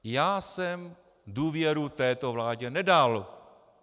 Já jsem důvěru této vládě nedal!